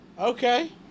Okay